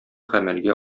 гамәлгә